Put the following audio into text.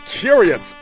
Curious